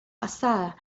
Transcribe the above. pasada